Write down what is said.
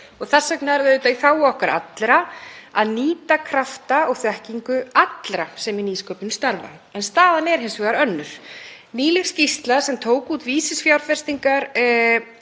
Þess vegna er það auðvitað í þágu okkar allra að nýta krafta og þekkingu allra sem í nýsköpun starfa. En staðan er hins vegar önnur. Nýleg skýrsla sem tók út vísifjárfestingar